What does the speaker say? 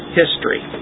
history